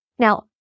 Now